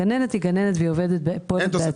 גננת היא גננת והיא עובדת בעצמה.